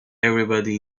everybody